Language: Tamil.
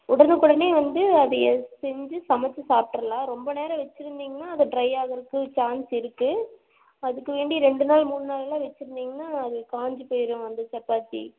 உடனுக்குடனே வந்து அதைய செஞ்சு சமச்சு சாப்பிட்ருலாம் ரொம்ப நேரம் வெச்சிருந்திங்கனா அது ட்ரையாகறதுக்கு சான்ஸ் இருக்குது அதுக்கு வேண்டி ரெண்டு நாள் மூண் நாளெலாம் வெச்சுருந்திங்னா அது காஞ்சு போயிடும் அந்த சப்பாத்தி